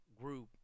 group